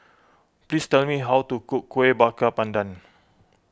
please tell me how to cook Kueh Bakar Pandan